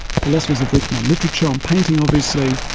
philosophers have written on literature, on painting, obviously,